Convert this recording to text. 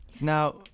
Now